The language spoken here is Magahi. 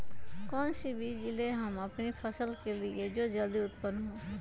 कौन सी बीज ले हम अपनी फसल के लिए जो जल्दी उत्पन हो?